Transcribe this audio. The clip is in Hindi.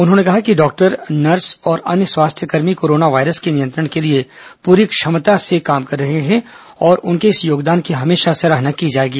उन्होंने कहा कि डॉक्टर नर्से और अन्य स्वास्थ्यकर्मी कोरोना वायरस के नियंत्रण के लिए पूरी क्षमता से काम कर रहे हैं और उनके इस योगदान की हमेशा सराहना की जायेगी